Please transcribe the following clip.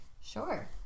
sure